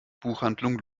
buchhandlung